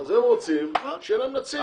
אז הם רוצים שיהיה להם נציג,